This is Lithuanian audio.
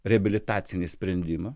reabilitacinį sprendimą